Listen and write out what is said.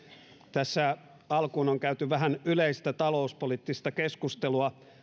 tässä alkuun on käyty vähän yleistä talouspoliittista keskustelua